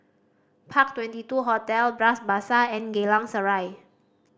Park Twenty two Hotel Bras Basah and Geylang Serai